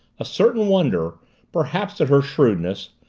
a certain wonder perhaps at her shrewdness,